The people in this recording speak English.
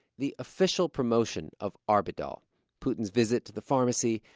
the official promotion of arbidol putin's visit to the pharmacy,